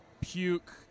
puke